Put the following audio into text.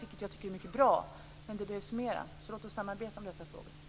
Det tycker jag är mycket bra. Men det behövs mer, så låt oss samarbeta om dessa frågor.